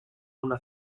una